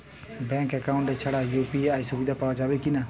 Bank account ছাড়া UPI সুবিধা পাওয়া যাবে কি না?